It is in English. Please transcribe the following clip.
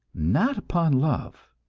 not upon love.